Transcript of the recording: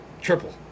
triple